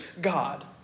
God